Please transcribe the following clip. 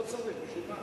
לא צריך, בשביל מה?